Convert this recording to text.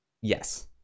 Yes